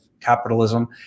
capitalism